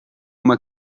uma